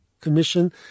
commission